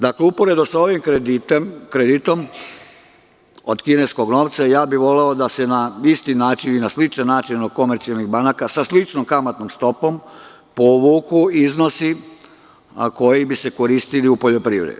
Dakle, uporedo sa ovim kreditom od kineskog novca, ja bih voleo da se na isti način ili na sličan način od komercijalnih banaka, sa sličnom kamatnom stopom povuku iznosi koji bi se koristili u poljoprivredi.